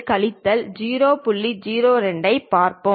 02 ஐப் பார்ப்போம்